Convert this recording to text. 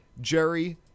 Jerry